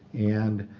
and